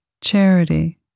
charity